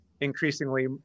increasingly